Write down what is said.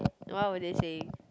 what were they saying